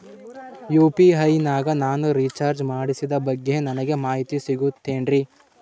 UPI ನಾಗ ನಾನು recharge ಮಾಡಿಸಿದ ಬಗ್ಗೆ ನನಗೆ ಮಾಹಿತಿ ಸಿಗುತೇನ್ರೀ?